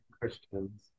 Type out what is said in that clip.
christians